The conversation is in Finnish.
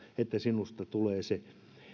että sinusta tulee se